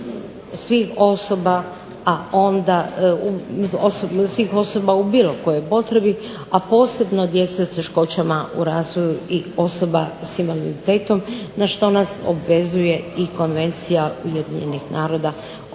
svih osoba u bilo kojoj potrebi, a posebno djece s teškoćama u razvoju i osoba s invaliditetom, na što nas obvezuje i KOnvencija UN-a o